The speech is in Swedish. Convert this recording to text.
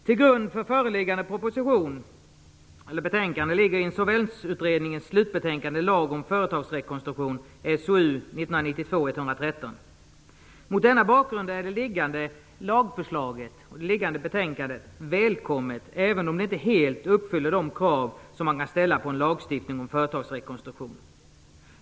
Till grund för föreliggande betänkande och proposition ligger Insolvensutredningens slutbetänkande Mot denna bakgrund är det framlagda lagförslaget, och betänkandet, välkommet, även om det inte helt uppfyller de krav som man kan ställa på en lagstiftning om företagsrekonstruktion.